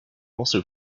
also